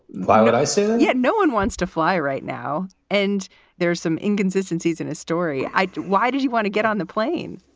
why would i say. yeah. no one wants to fly right now. and there are some inconsistencies in his story. why did you want to get on the plane?